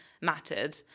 mattered